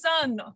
son